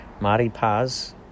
maripaz